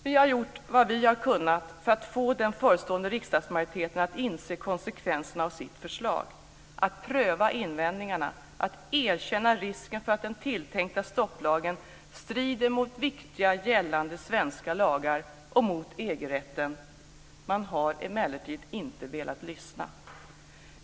Vi har gjort vad vi har kunnat för att få den förevarande riksdagsmajoriteten att inse konsekvenserna av sitt förslag, att pröva invändningarna och att erkänna att det finns en risk för att den tilltänkta stopplagen strider mot viktiga gällande svenska lagar och mot EG-rätten. Man har emellertid inte velat lyssna.